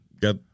Got